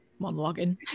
monologuing